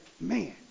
man